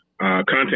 content